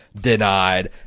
Denied